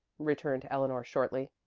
returned eleanor shortly.